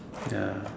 ya